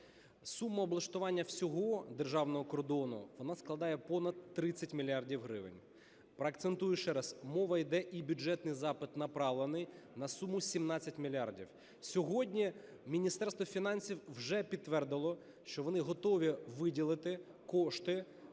Сума облаштування всього державного кордону, вона складає понад 30 мільярдів гривень. Проакцентую ще раз, мова іде і бюджетний запит направлений на суму 17 мільярдів. Сьогодні Міністерство фінансів вже підтвердило, що вони готові виділити кошти